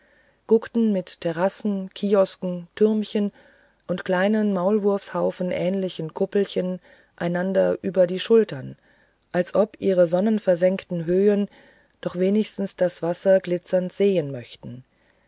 guckten mit terrassen kiosken türmchen und kleinen maulwurfhaufenähnlichen kuppelchen einander über die schultern als ob ihre sonnenversengten höhen doch wenigstens das wasser glitzern sehen möchten